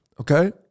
Okay